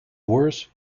worse